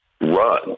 run